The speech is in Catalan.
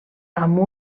amb